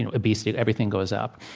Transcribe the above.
and obesity, everything goes up.